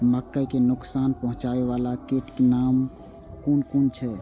मके के नुकसान पहुँचावे वाला कीटक नाम कुन कुन छै?